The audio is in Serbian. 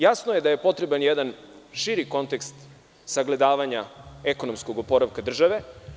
Jasno je da je potreban jedan širi kontekst sagledavanja ekonomskog opravka države.